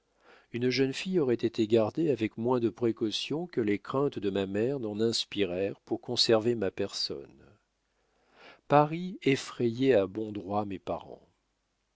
une jeune fille aurait été gardée avec moins de précautions que les craintes de ma mère n'en inspirèrent pour conserver ma personne paris effrayait à bon droit mes parents